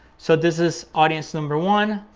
so this is audience number one,